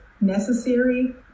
necessary